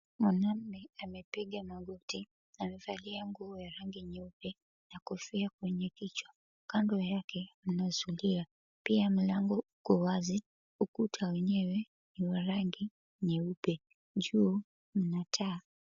Mwanaume amepiga magoti , amevalia nguo ya rangi nyeupe na kofia kwenye kichwa. Kando yake mna zulia pia mlango uko wazi. Ukuta wenyewe ni wa rangi nyeupe. Juu mna taa.